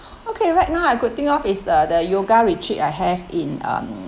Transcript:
okay right now I could think of is uh the yoga retreat I have in um